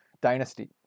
dynasty